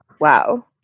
Wow